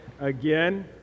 Again